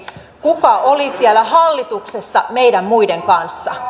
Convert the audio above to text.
kuka oli siellä hallituksessa meidän muiden kanssa